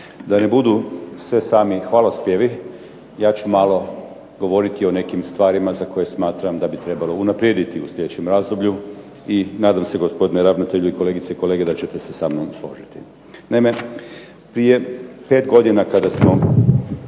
Da ne budu sve sami hvalospjevi ja ću malo govoriti o nekim stvarima za koje smatram da bi trebalo unaprijediti u slijedećem razdoblju i nadam se gospodine ravnatelju i kolegice i kolege da ćete se sa mnom složiti.